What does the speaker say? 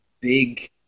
big